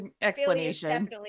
explanation